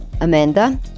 Amanda